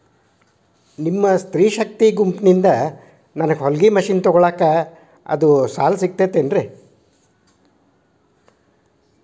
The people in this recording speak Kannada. ನಿಮ್ಮ ಸ್ತ್ರೇ ಶಕ್ತಿ ಗುಂಪಿನಿಂದ ನನಗ ಹೊಲಗಿ ಮಷೇನ್ ತೊಗೋಳಾಕ್ ಐದು ಸಾಲ ಸಿಗತೈತೇನ್ರಿ?